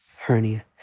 Hernia